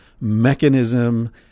mechanism